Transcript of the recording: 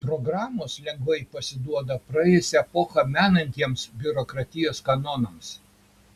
programos lengvai pasiduoda praėjusią epochą menantiems biurokratijos kanonams